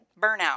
Burnout